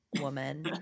woman